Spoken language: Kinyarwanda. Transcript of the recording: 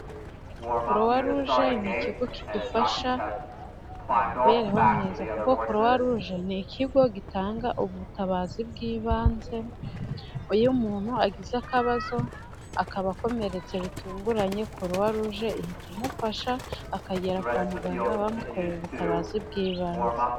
Kuruwaruje ni ikigo kidufasha mu mibereho myiza. Kuko Kuruwaruje ni ikigo gitanga ubutabazi bw'ibanze, iyo umuntu agize akabazo akaba akomeretse bitunguranye, Kuruwaruje ihita imufasha akagera kwa muganga bamukoreye ubutabazi bw'ibanze.